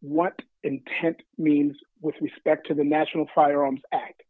what intent means with respect to the national firearms act